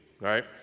right